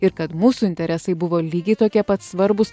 ir kad mūsų interesai buvo lygiai tokie pat svarbūs